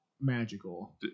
magical